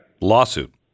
Lawsuit